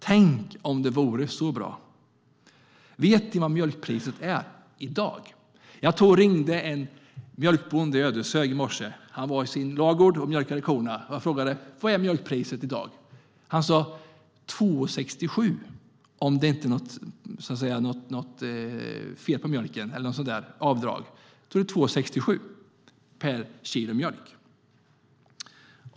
Tänk om det vore så väl! Vet ni vad mjölkpriset är i dag? Jag ringde en mjölkbonde i Ödeshög i morse. Han var i sin ladugård och mjölkade korna. Jag frågade vad mjölkpriset är i dag. Han svarade att det är 2,67 per kilo mjölk, om det inte blir något avdrag för exempelvis fel på mjölken.